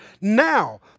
Now